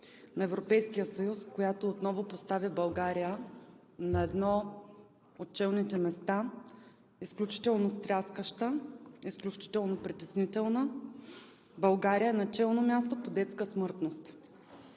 на Европейския съюз, която отново поставя България на едно от челните места – изключително стряскаща, изключително притеснителна: България е на челно място по детска смъртност!